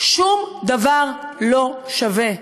שום דבר לא שווה.